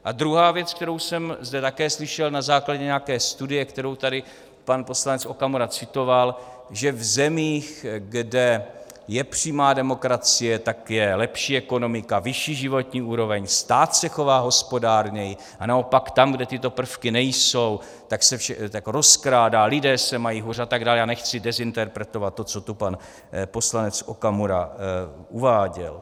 A druhá věc, kterou jsem zde také slyšel na základě nějaké studie, kterou tady pan poslanec Okamura citoval, že v zemích, kde je přímá demokracie, je lepší ekonomika, vyšší životní úroveň, stát se chová hospodárněji, a naopak tam, kde tyto prvky nejsou, tak se rozkrádá, lidé se mají hůř atd., já nechci dezinterpretovat to, co tu pan poslanec Okamura uváděl.